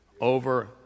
over